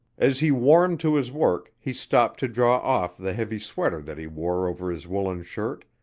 as he warmed to his work he stopped to draw off the heavy sweater that he wore over his woollen shirt,